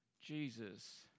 Jesus